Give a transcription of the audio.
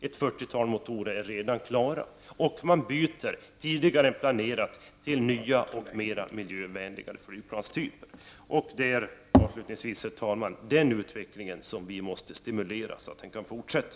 Ett fyrtiotal motorer är redan klara, och man byter ut de tidigare planerade till nya och mera miljövänliga flygplanstyper. Det är, herr talman, den utvecklingen som vi måste stimulera så att den kan fortsätta.